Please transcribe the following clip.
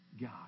God